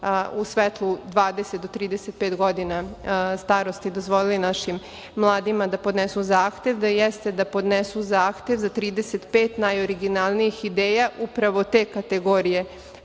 u svetlu 25 do 30 godina starosti dozvolili našim mladima da podnesu zahtev, da jeste da podnesu zahtev za 35 najoriginalnijih ideja, upravo te kategorije